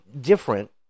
different